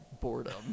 boredom